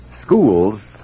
Schools